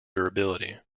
durability